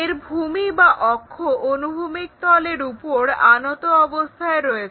এর ভূমি বা অক্ষ অনুভূমিক তলের উপর আনত অবস্থায় রয়েছে